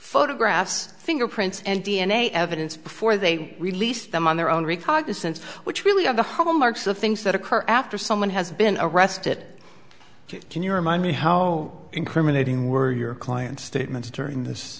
photographs fingerprints and d n a evidence before they released them on their own recognizance which really are the hallmarks of things that occur after someone has been arrested can you remind me how incriminating were your client statements during this